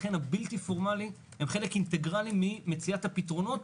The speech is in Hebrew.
לכן הבלתי פורמלי הם חלק אינטגרלי ממציאת הפתרונות,